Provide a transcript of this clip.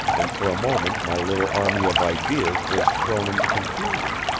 and for a moment my little army of ideas was thrown into confusion.